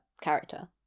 character